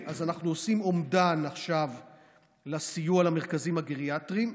אז אנחנו עושים עכשיו אומדן לסיוע למרכזים הגריאטריים,